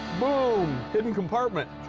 boom, hidden compartment.